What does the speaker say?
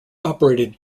operated